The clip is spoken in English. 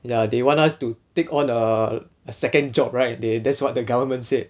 ya they want us to take on a second job right they that's what the government said